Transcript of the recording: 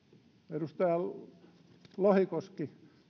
edustaja lohikoski